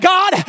God